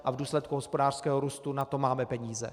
A v důsledku hospodářského růstu na to máme peníze.